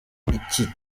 iki